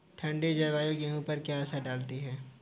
ठंडी जलवायु गेहूँ पर क्या असर डालती है?